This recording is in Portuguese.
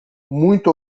muito